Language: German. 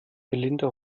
melinda